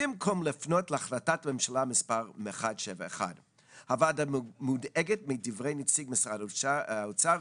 במקום לפנות להחלטת ממשלה מספר 171. הוועדה מודאגת מדברי נציג משרד האוצר,